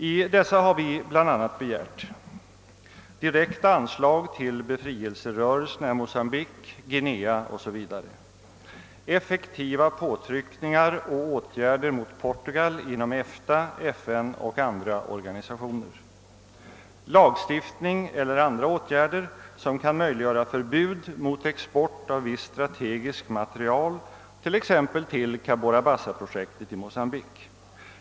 I dessa har vi bl.a. begärt direkta anslag till befrielserörelserna i Mocambique, Guinea 0. s. v., effektiva påtryckningar och åtgärder mot Portugal inom EFTA, FN och andra organisationer, lagstiftning eller andra åtgärder som kan möjliggöra förbud mot export av viss strategisk materiel, t.ex. till Cabora Bassaprojektet i Mocambique.